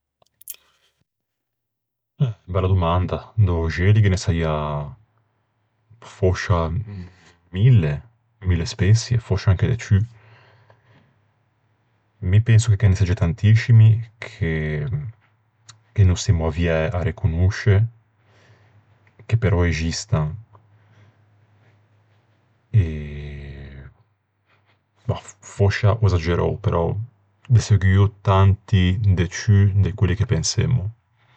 Eh, bella domanda. D'öxelli ghe ne saià fòscia mille, mille speçie, fòscia anche de ciù. Mi penso che ghe ne segge tantiscimi che-che no semmo avviæ à reconosche che però existan. Mah, fòscia ò esagerou, però de seguo tanti de ciù de quelli che pensemmo.